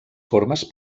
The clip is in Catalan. formes